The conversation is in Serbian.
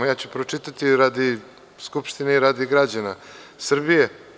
Ja ću pročitati radi Skupštine i radi građana Srbije.